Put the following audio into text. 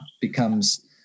becomes